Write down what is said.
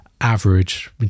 average